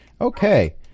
Okay